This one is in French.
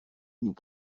nous